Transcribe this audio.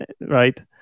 right